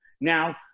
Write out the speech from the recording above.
Now